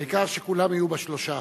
העיקר שכולם יהיו ב-3%.